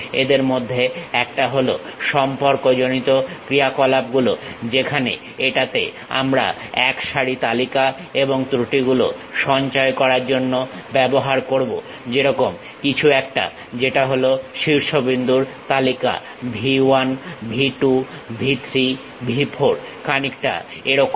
এদের মধ্যে একটা হল সম্পর্কজনিত ক্রিয়া কলাপ গুলো যেখানে এটাতে আমরা একসারি তালিকা এবং ত্রুটিগুলো সঞ্চয় করার জন্য ব্যবহার করব যেরকম কিছু একটা যেটা হলো শীর্ষবিন্দুর তালিকা V 1 V 2 V 3 V 4 খানিকটা এরকম